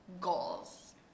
goals